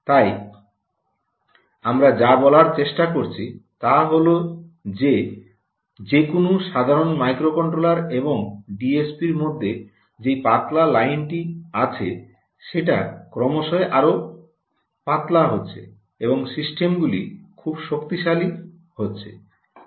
তাই আমরা যা বলার চেষ্টা করছি তা হল যে কোনও সাধারণ মাইক্রোকন্ট্রোলার এবং ডিএসপির মধ্যে যেই পাতলা লাইনটি আছে সেটা ক্রমশই আরো পাতলা হচ্ছে এবং সিস্টেমগুলি খুব শক্তিশালী হচ্ছে